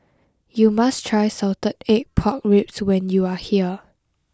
you must try salted egg pork ribs when you are here